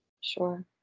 sure